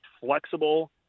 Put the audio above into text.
flexible